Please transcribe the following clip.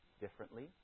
differently